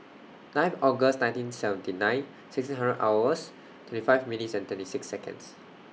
nine August nineteen seventy nine sixteen hours twenty five minutes and twenty six Seconds